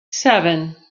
seven